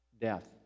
death